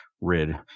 rid